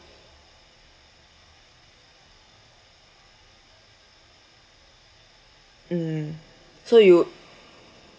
mm so you